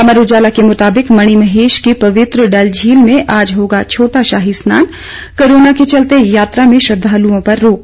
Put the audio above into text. अमर उजाला के मुताबिक मणिमहेश की पवित्र डल झील में आज होगा छोटा शाही स्नान कोरोना के चलते यात्रा में श्रद्धालुओं पर रोक